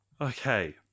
Okay